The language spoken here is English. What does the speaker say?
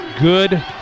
Good